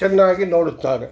ಚೆನ್ನಾಗಿ ನೋಡುತ್ತಾರೆ